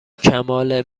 کمال